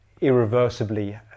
irreversibly